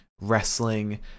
wrestling